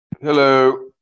Hello